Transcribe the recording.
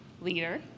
leader